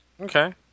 Okay